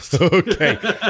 Okay